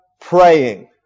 praying